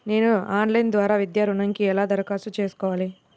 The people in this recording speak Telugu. నేను ఆన్లైన్ ద్వారా విద్యా ఋణంకి ఎలా దరఖాస్తు చేసుకోవాలి?